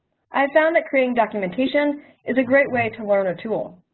i found that creating documentation is a great way to learn a tool.